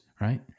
right